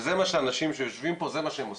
זה מה שהאנשים שיושבים פה עושים.